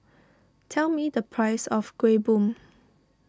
tell me the price of Kueh Bom